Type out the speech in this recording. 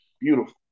beautiful